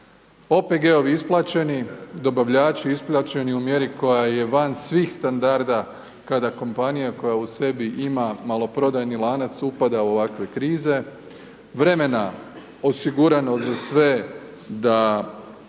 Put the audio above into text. OPG-ovi isplaćeni, dobavljači isplaćeni u mjeri koja je van svih standarda kada kompanija koja u sebi ima maloprodajni lanac upada u ovakve krize, vremena osigurano za sve da